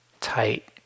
tight